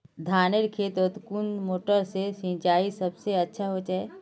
धानेर खेतोत कुन मोटर से सिंचाई सबसे अच्छा होचए?